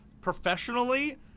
professionally